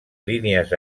línies